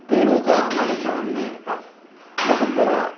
पेड़ों का हमारे जीवन में बहुत बड़ा